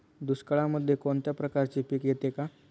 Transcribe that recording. दुष्काळामध्ये कोणत्या प्रकारचे पीक येते का?